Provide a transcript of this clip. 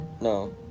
No